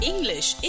English